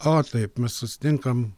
o taip mes susitinkam